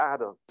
Adam